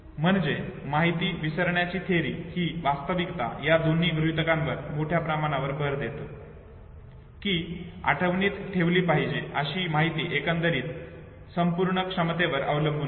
म्हणजे माहिती विसरण्याची थिअरी ही वास्तविकता या वेगळ्या गृहीतकांवर मोठ्या प्रमाणावर भर देतो की आठवणीत ठेवली पाहिजे अशी माहिती एकंदरीत संपूर्ण क्षमतेवर अवलंबून असते